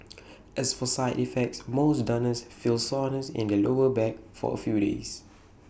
as for side effects most donors feel soreness in the lower back for A few days